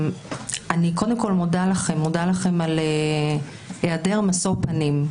אני קודם כל מודה לך על היעדר משוא פנים.